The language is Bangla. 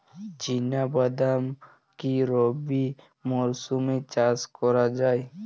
চিনা বাদাম কি রবি মরশুমে চাষ করা যায়?